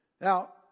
Now